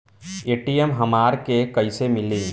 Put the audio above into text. ATM हमरा के कइसे मिली?